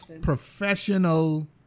professional